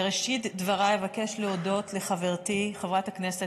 בראשית דבריי אבקש להודות לחברתי חברת הכנסת